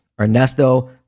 Ernesto